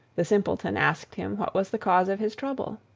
the simpleton asked him what was the cause of his trouble.